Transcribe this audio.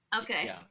Okay